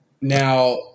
Now